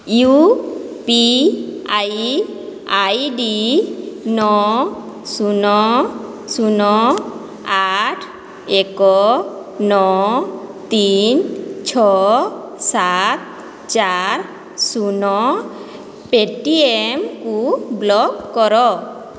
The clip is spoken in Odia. you P I I D ନଅ ଶୂନ ଶୂନ ଆଠ ଏକ ନଅ ତିନି ଛଅ ସାତ ଚାରି ଶୂନ ପେଟିଏମ୍କୁ ବ୍ଲକ୍ କର